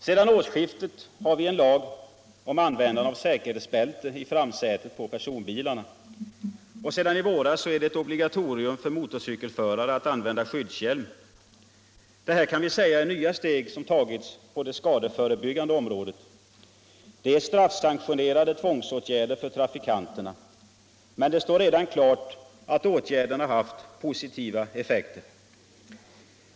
Sedan årsskiftet har vi en lag om användande av säkerhetsbälte i framsätet på personbilarna, och sedan i våras är det ett obligatorium för motorcykelförare att använda skyddshjälm. Det här kan vi säga är nya steg som tagits på det skadeförebyggande området. Det är straffsanktionerade tvångsåtgärder för trafikanterna. Men det står redan klart att åtgärderna haft positiva effekter.